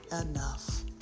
Enough